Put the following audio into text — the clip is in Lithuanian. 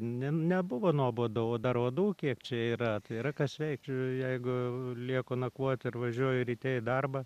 ne nebuvo nuobodu o dar uodų kiek čia yra tai yra kas veikt čia jeigu lieku nakvot ir važiuoju ryte į darbą